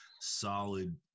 solid